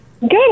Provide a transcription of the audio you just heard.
Good